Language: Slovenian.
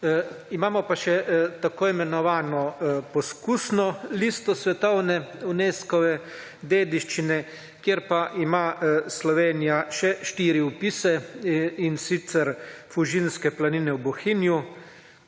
Imamo pa še tako imenovano poskusno listo svetovne Unescove dediščine, kjer pa ima Slovenija še štiri vpise, in sicer: Fužinske planine v Bohinju,